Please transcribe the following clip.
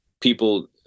people